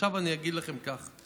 עכשיו אני אגיד לכם כך,